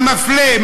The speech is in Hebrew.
המפלה,